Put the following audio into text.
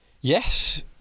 Yes